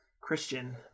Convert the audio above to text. Christian